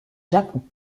japon